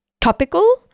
topical